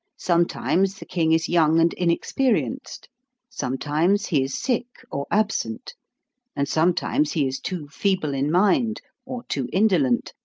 sometimes the king is young and inexperienced sometimes he is sick or absent and sometimes he is too feeble in mind, or too indolent,